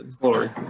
Glory